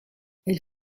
elle